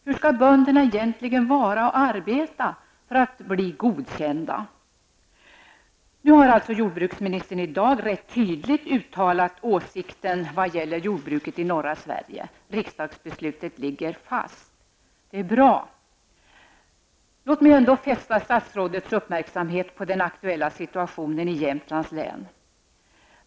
Hur skall bönderna egentligen vara och arbeta för att bli godkända? Nu har jordbruksministern i dag rätt tydligt uttalat sin åsikt vad gäller jordbruket i norra Sverige. Riksdagsbeslutet ligger fast. Det är bra. Låt mig ändå fästa statsrådets uppmärksamhet på den aktuella situationen i Jämtlands län.